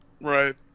Right